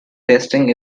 testing